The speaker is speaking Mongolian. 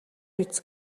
биз